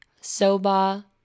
soba